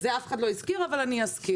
את זה אף אחד לא הזכיר אבל אני אזכיר.